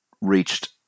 reached